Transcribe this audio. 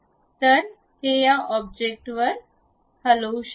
तर हे या ऑब्जेक्टवर हलवू शकते